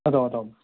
ಹೌದೌದೌದ್